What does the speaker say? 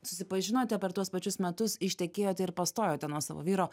susipažinote per tuos pačius metus ištekėjote ir pastojote nuo savo vyro